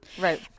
Right